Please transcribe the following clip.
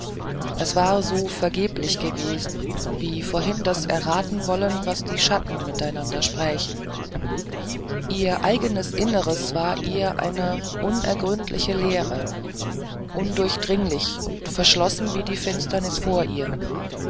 es war so vergeblich gewesen wie vorhin das erratenwollen was die schatten miteinander sprächen ihr eigenes innere war ihr eine unergründliche leere undurchdringlich und verschlossen wie die finsternis vor ihr